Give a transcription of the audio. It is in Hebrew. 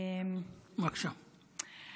אני